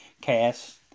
Cast